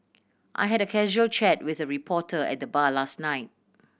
I had a casual chat with a reporter at the bar last night